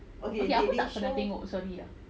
okay aku tak pernah tengok sorry ah